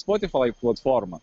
spotifai platforma